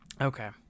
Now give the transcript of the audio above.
Okay